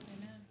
Amen